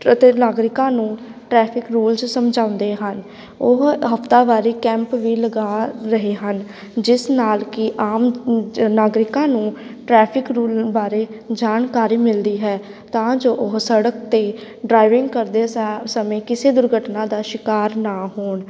ਅਤੇ ਨਾਗਰਿਕਾਂ ਨੂੰ ਟ੍ਰੈਫਿਕ ਰੂਲਜ ਸਮਝਾਉਂਦੇ ਹਨ ਉਹ ਹਫ਼ਤਾਵਾਰੀ ਕੈਂਪ ਵੀ ਲਗਾ ਰਹੇ ਹਨ ਜਿਸ ਨਾਲ ਕਿ ਆਮ ਜ ਨਾਗਰਿਕਾਂ ਨੂੰ ਟ੍ਰੈਫਿਕ ਰੂਲ ਬਾਰੇ ਜਾਣਕਾਰੀ ਮਿਲਦੀ ਹੈ ਤਾਂ ਜੋ ਉਹ ਸੜਕ 'ਤੇ ਡਰਾਈਵਿੰਗ ਕਰਦੇ ਸਾ ਸਮੇਂ ਕਿਸੇ ਦੁਰਘਟਨਾ ਦਾ ਸ਼ਿਕਾਰ ਨਾ ਹੋਣ